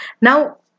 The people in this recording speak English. now